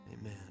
Amen